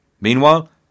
Meanwhile